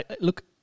Look